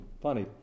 funny